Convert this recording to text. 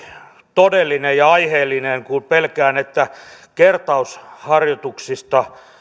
todellinen ja aiheellinen kun pelkään että kertausharjoituksista